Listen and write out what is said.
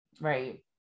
Right